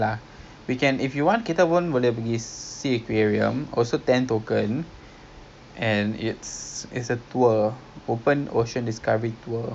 eh okay lah so next saturday nineteen kita pergi lah what whatever time lah because I think kalau nak morning is gonna be difficult like habis not possible